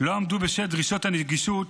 לא עמדו בדרישות הנגישות